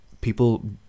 people